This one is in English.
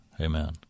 Amen